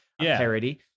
parody